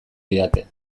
didate